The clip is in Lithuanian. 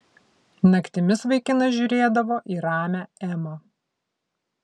naktimis vaikinas žiūrėdavo į ramią emą